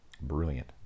Brilliant